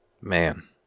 Man